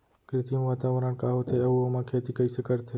कृत्रिम वातावरण का होथे, अऊ ओमा खेती कइसे करथे?